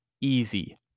easy